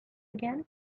again